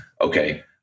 okay